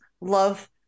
love